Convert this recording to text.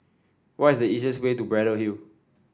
what is the easiest way to Braddell Hill